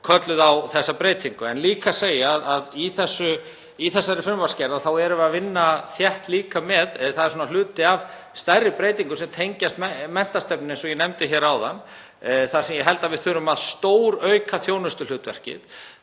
kölluðu á þessa breytingu. Ég vil líka segja að í þessari frumvarpsgerð þá erum við líka að vinna þétt með — það er svona hluti af stærri breytingum sem tengjast menntastefnunni, eins og ég nefndi hér áðan, þar sem ég held að við þurfum að stórauka þjónustuhlutverkið